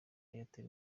itel